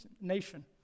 nation